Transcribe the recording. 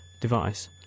device